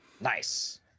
Nice